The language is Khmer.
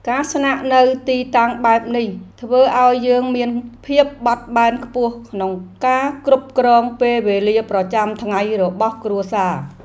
ការស្នាក់នៅទីតាំងបែបនេះធ្វើឱ្យយើងមានភាពបត់បែនខ្ពស់ក្នុងការគ្រប់គ្រងពេលវេលាប្រចាំថ្ងៃរបស់គ្រួសារ។